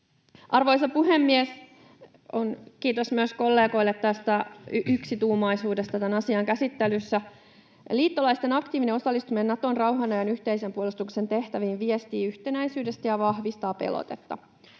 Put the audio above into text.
Arvoisa puhemies! Kiitos myös kollegoille tästä yksituumaisuudesta tämän asian käsittelyssä. — Liittolaisten aktiivinen osallistuminen Naton rauhanajan yhteisen puolustuksen tehtäviin viestii yhtenäisyydestä ja vahvistaa pelotetta.